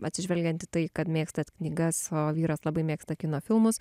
atsižvelgiant į tai kad mėgstat knygas o vyras labai mėgsta kino filmus